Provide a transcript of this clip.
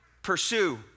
Pursue